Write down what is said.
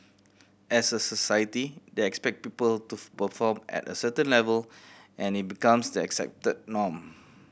as a society they expect people to perform at a certain level nd it becomes the accepted norm